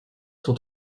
sont